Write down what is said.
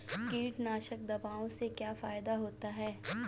कीटनाशक दवाओं से क्या फायदा होता है?